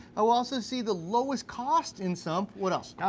ah we'll also see the lowest cost in sump. what else?